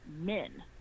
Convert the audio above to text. men